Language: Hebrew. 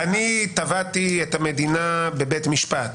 תבעתי את המדינה בבית משפט